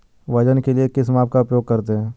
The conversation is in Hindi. वजन के लिए किस माप का उपयोग करते हैं?